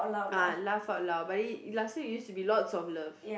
ah laugh out loud but it last time it used to be lots of love